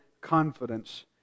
confidence